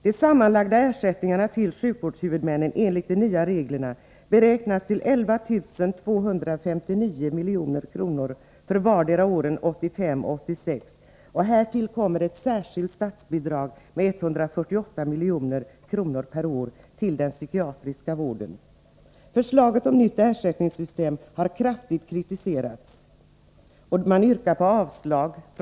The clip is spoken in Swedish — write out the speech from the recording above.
De sammanlagda ersättningarna till sjukvårdshuvudmännen enligt de nya reglerna beräknas till 11 259 milj.kr. för vartdera åren 1985 och 1986. Härtill kommer ett särskilt statsbidrag på 148 milj.kr. per år till den psykiatriska vården. Förslaget om nytt ersättningssystem har kraftigt kritiserats.